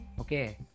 Okay